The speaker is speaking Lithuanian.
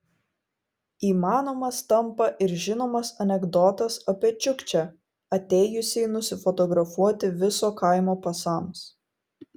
įmanomas tampa ir žinomas anekdotas apie čiukčią atėjusį nusifotografuoti viso kaimo pasams